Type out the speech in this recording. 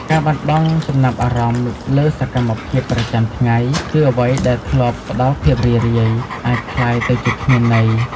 ការបាត់បង់ចំណាប់អារម្មណ៍លើសកម្មភាពប្រចាំថ្ងៃ គឺអ្វីដែលធ្លាប់ផ្តល់ភាពរីករាយ អាចក្លាយទៅជាគ្មានន័យ។